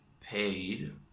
paid